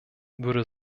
würde